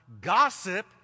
gossip